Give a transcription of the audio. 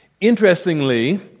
Interestingly